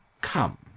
come